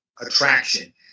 attraction